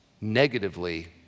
negatively